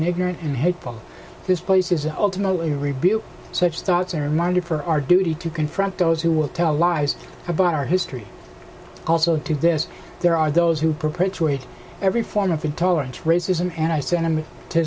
ignorant and hateful this place is ultimately rebuilt such thoughts and reminder for our duty to confront those who will tell lies about our history also to this there are those who perpetuate every form of intolerance racism and i sen